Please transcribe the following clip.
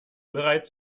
bereits